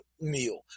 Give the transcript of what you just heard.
meal